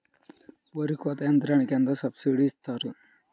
వరి కోత యంత్రంకి ఎంత సబ్సిడీ ఇస్తారు?